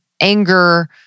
anger